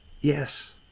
Yes